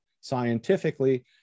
scientifically